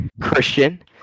Christian